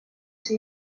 ser